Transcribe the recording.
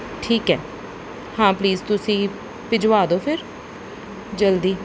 ਠੀਕ ਹੈ ਹਾਂ ਪਲੀਜ਼ ਤੁਸੀਂ ਭੇਜ ਵਾ ਦਿਓ ਫਿਰ ਜਲਦੀ